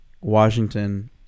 Washington